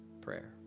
prayer